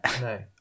no